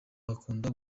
bakunda